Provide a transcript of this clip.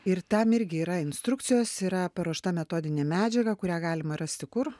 ir tam irgi yra instrukcijos yra paruošta metodinė medžiaga kurią galima rasti kur